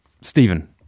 Stephen